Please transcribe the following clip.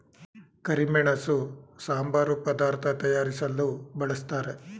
ಕರಿಮೆಣಸು ಸಾಂಬಾರು ಪದಾರ್ಥ ತಯಾರಿಸಲು ಬಳ್ಸತ್ತರೆ